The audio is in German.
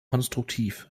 konstruktiv